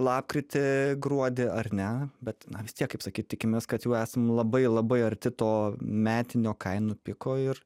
lapkritį gruodį ar ne bet vis tiek kaip sakyt tikimės kad jau esame labai labai arti to metinio kainų piko ir